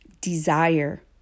Desire